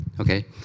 Okay